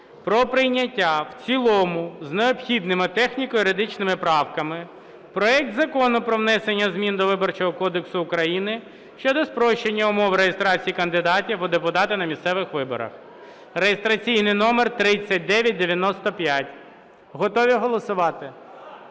про прийняття в цілому з необхідними техніко-юридичними правками проекту Закону про внесення змін до Виборчого кодексу України щодо спрощення умов реєстрації кандидатів у депутати на місцевих виборах (реєстраційний номер 3995). Готові голосувати? Прошу